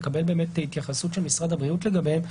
לקבל את ההתייחסות של משרד הבריאות לגביהן,